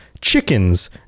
chickens